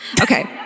Okay